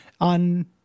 on